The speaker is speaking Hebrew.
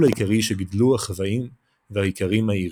העיקרי שגידלו החוואים והאיכרים האירים.